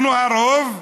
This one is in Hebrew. אנחנו הרוב,